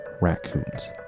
raccoons